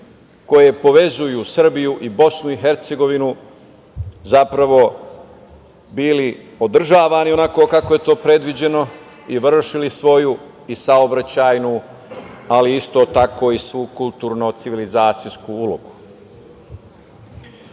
koje povezuju Srbiju i Bosnu i Hercegovinu zapravo, bili održavani onako kako je to predviđeno i vršili svoju i saobraćajnu, ali isto tako i svu kulturno civilizacijsku ulogu. Nije